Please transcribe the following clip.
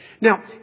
Now